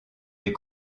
les